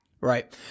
Right